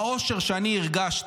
האושר שאני הרגשתי,